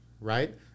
right